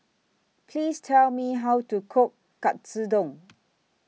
Please Tell Me How to Cook Katsudon